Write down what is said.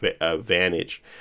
advantage